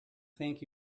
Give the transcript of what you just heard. thank